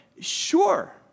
Sure